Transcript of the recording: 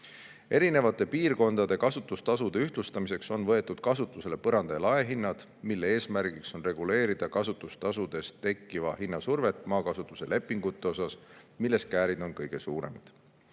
Erinevate piirkondade kasutustasude ühtlustamiseks on võetud kasutusele hinnapõrand ja -lagi, mille eesmärgiks on reguleerida kasutustasudest tekkivat hinnasurvet maakasutuse lepingute osas, milles käärid on kõige suuremad.